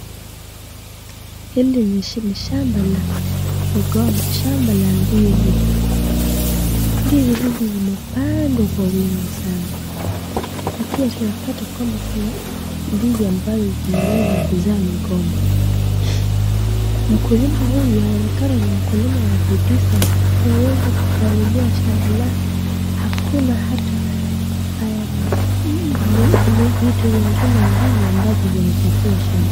Hili ni shamba ya migomba, shamba ya ndizi, ndizi hizi zimepandwa kwa wingi sana, na pia tunapata kwamba kuna ndizi ambazo zimeweza kuzaa migomba, mkulima huyu anaonekana ni mkulima wa ndizi na ameweza kupalilia shamba lake hakuna hata vitu zingine ndani ya shamba ambazo zinachafua shamba.